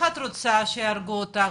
איך את רוצה שיהרגו אותך?